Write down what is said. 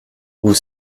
vous